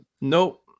Nope